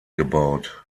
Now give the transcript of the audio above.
gebaut